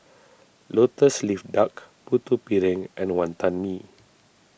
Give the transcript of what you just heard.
Lotus Leaf Duck Putu Piring and Wantan Mee